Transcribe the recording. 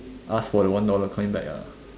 ask for the dollar one coin back ah